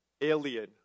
alien